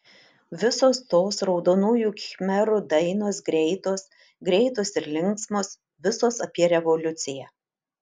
visos tos raudonųjų khmerų dainos greitos greitos ir linksmos visos apie revoliuciją